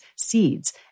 seeds